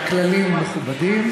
שהכללים מכובדים.